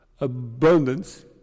abundance